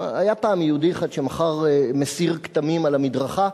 היה פעם יהודי אחד שמכר מסיר כתמים על המדרכה,